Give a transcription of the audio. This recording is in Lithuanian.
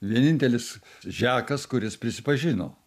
vienintelis žekas kuris prisipažino